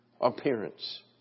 Appearance